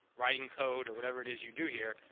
writing code or whatever it is you do here,